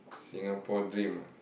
Singapore dream ah